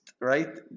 right